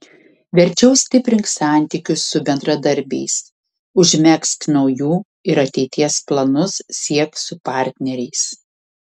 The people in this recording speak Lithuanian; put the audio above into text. verčiau stiprink santykius su bendradarbiais užmegzk naujų ir ateities planus siek su partneriais